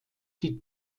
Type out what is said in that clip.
die